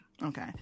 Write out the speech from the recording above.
Okay